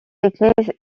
églises